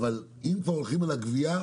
אבל אם כבר הולכים על הגבייה,